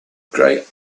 grey